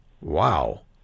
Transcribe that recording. Wow